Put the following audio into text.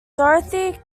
dorothy